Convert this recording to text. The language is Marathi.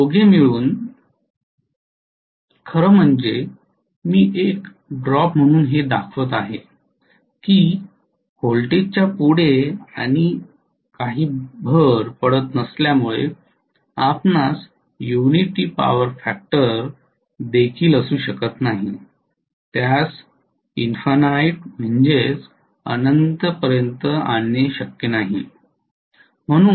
हे दोघे मिळून खरं म्हणजे मी एक ड्रॉप म्हणून हे दाखवत आहे की व्होल्टेजच्या पुढे आणि आणखी काही भर पडत नसल्यामुळे आपणास यूनिटी पॉवर फॅक्टर देखील असू शकत नाही त्यास अनंततेपर्यंत आणणे शक्य नाही